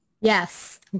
Yes